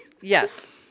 Yes